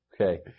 Okay